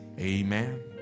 Amen